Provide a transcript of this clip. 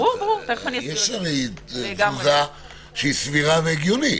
יש תזוזה סבירה והגיונית.